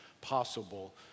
possible